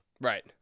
right